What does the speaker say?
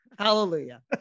Hallelujah